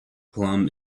plum